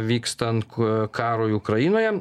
vykstant karui ukrainoje